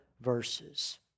verses